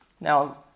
Now